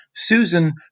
Susan